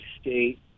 state